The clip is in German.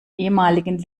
ehemaligen